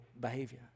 behavior